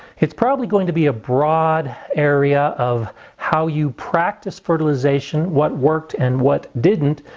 it's probably going to be a broad area of how you practice fertilization what worked, and what didn't,